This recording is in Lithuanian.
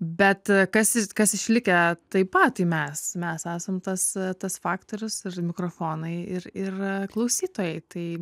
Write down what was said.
bet kas kas išlikę taip patį mes mes esam tas tas faktorius ir mikrofonai ir ir klausytojai tai